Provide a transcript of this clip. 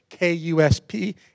KUSP